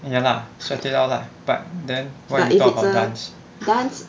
and ya lah sweat it out lah but then why we talk about dance